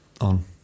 on